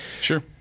sure